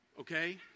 okay